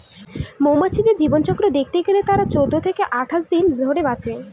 মৌমাছির জীবনচক্র দেখতে গেলে তারা চৌদ্দ থেকে আঠাশ দিন ধরে বাঁচে